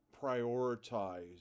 prioritize